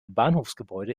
bahnhofsgebäude